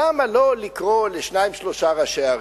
למה לא לקרוא לשניים, שלושה ראשי ערים,